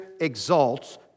exalts